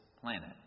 planet